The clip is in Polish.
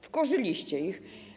Wkurzyliście ich.